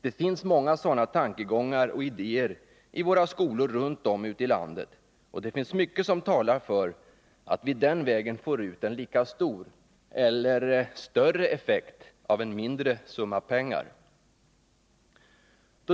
Det finns många sådana tankegångar och idéer i våra skolor runt om ute i landet, och det finns mycket som talar för att vi den vägen får ut en lika stor eller större effekt av en mindre summa pengar.